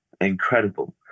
incredible